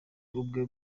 ubwe